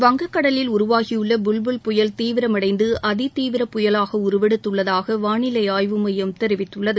வங்கக்கடலில் உருவாகியுள்ள புவ்புல் புயல் தீவிரமடைந்து அதிதீவிரப் புயலாக உருவெடுத்து உள்ளதாக வானிலை ஆய்வு மையம் தெரிவித்துள்ளது